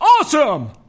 awesome